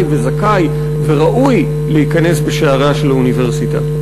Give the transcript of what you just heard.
וזכאי וראוי להיכנס בשעריה של האוניברסיטה.